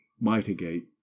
mitigate